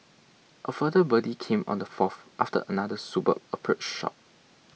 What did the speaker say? a further birdie came on the fourth after another superb approach shot